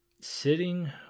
Sitting